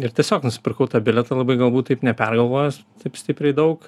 ir tiesiog nusipirkau tą bilietą labai galbūt taip nepergalvojęs taip stipriai daug